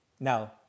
Now